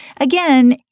Again